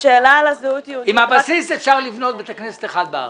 שאלה על הזהות יהודית --- עם הבסיס אפשר לבנות בית כנסת אחד בארץ.